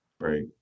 Right